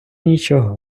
нічого